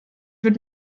wird